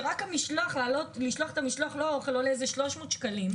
שרק המשלוח עולה 300 שקלים,